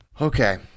Okay